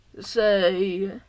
say